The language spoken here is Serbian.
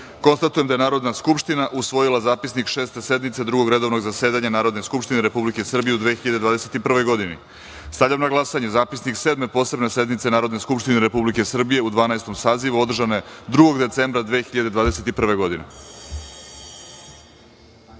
20.Konstatujem da je Narodna skupština usvojila Zapisnik Šeste sednice Drugog redovnog zasedanja Narodne skupštine Republike Srbije u 2021. godini. Stavljam na glasanje zapisnik Sedme posebne sednice Narodne skupštine Republike Srbije u 2021. godini, održane 2. decembra 2021.